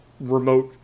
remote